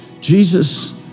Jesus